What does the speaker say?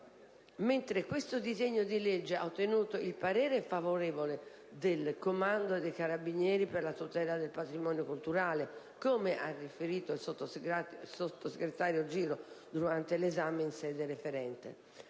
mentre quello oggi in discussione ha ottenuto il parere favorevole del Comando dei Carabinieri per la tutela del patrimonio culturale, come ha riferito il sottosegretario Giro durante l'esame in sede referente.